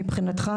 מבחינתך,